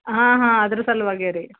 ಹಾಂ ಹಾಂ ಅದ್ರ ಸಲುವಾಗೇ ರೀ